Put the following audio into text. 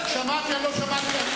שמעתי, אני לא שמעתי.